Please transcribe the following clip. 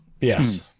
Yes